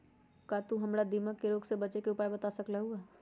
का तू हमरा दीमक के रोग से बचे के उपाय बता सकलु ह?